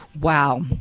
Wow